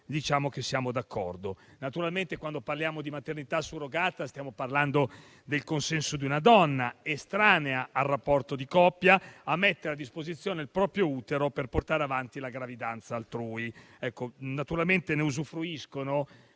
diciamo che siamo d'accordo. Naturalmente, quando parliamo di maternità surrogata, stiamo parlando del consenso di una donna estranea al rapporto di coppia a mettere a disposizione il proprio utero per portare avanti la gravidanza altrui. Ne usufruiscono